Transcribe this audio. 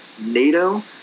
nato